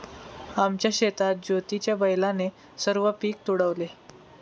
आमच्या शेतात ज्योतीच्या बैलाने सर्व पीक तुडवले